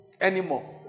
Anymore